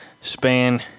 span